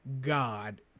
God